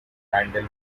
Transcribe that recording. handle